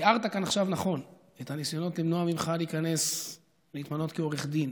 תיארת כאן עכשיו נכון את הניסיונות למנוע ממך להתמנות כעורך דין,